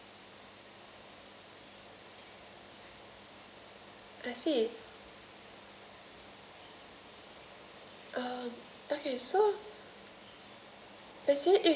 I see um okay so